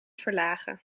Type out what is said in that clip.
verlagen